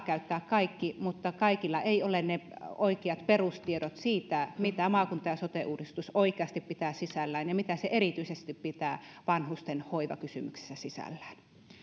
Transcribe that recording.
käyttää kaikki kaikilla ei ole oikeita perustietoja siitä mitä maakunta ja sote uudistus oikeasti pitää sisällään ja mitä se erityisesti pitää vanhustenhoivakysymyksessä sisällään